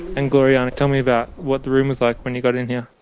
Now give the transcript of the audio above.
and gloriana, tell me about what the room was like when you got in here.